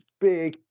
big